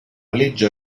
legge